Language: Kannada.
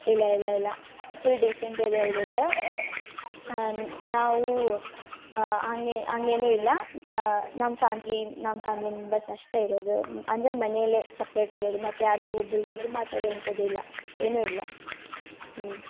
ಇಲ್ಲ ಇಲ್ಲ ಇಲ್ಲ ಫುಲ್ ಡಿಸೆಂಟ್ ಏರಿಯಾ ಇರೋದು ಹಾಂ ನಾವು ಹಂಗೇನು ಇಲ್ಲ ನಮ್ಮ ಫ್ಯಾಮ್ಲಿ ನಮ್ಮ ಫ್ಯಾಮಿಲಿ ಮೆಂಬರ್ಸ್ ಅಷ್ಟೇ ಇರೋದು ಅಂದರೆ ಮನೇಲೇ ಸಪ್ರೇಟ್ ಇರೋದು ಮತ್ತು ಅವ್ರ್ದು ಇವ್ರ್ದು ಮಾತಾಡೋ ಅಂಥವುದ್ದಿಲ್ಲ ಏನು ಇಲ್ಲ ಹ್ಞೂ